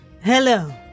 hello